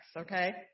okay